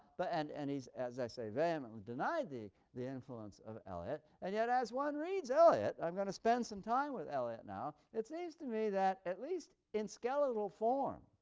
but and and he has, as i say, vehemently denied the the influence of eliot, and yet as one reads eliot and i'm going to spend some time with eliot now it seems to me that at least in skeletal form,